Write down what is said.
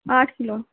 आठ किलो